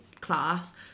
class